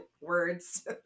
words